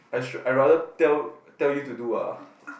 I sure I rather tell tell you to do ah